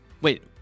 Wait